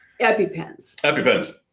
EpiPens